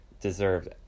deserved